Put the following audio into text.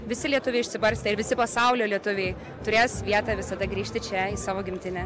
visi lietuviai išsibarstę ir visi pasaulio lietuviai turės vietą visada grįžti čia į savo gimtinę